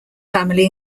family